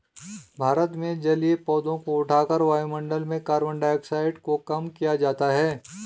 भारत में जलीय पौधों को उठाकर वायुमंडल में कार्बन डाइऑक्साइड को कम किया जाता है